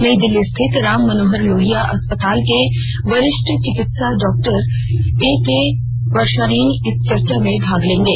नई दिल्ली स्थित राम मनोहर लोहिया अस्पताल के वरिष्ठ चिकित्सक डॉक्टर ए के वार्ष्णेय इस चर्चा में भाग लेंगे